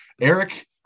Eric